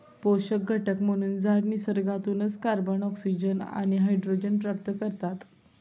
पोषक घटक म्हणून झाडं निसर्गातूनच कार्बन, ऑक्सिजन आणि हायड्रोजन प्राप्त करतात